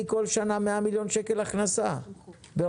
כל שנה 100 מיליון של הכנסה ברשויות,